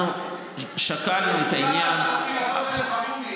אנחנו שקלנו את העניין, של אלחרומי.